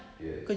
yes